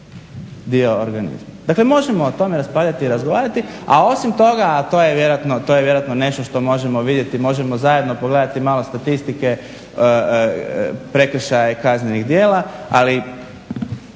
dio organizma. Dakle, možemo o tome raspravljati i razgovarati, a osim toga, a to je vjerojatno nešto što možemo vidjeti, možemo zajedno pogledati malo statistike prekršaja i kaznenih djela, ali